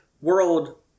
world